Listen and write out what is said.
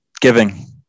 Giving